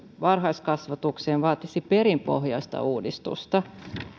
varhaiskasvatukseen vaatisivat perinpohjaista uudistusta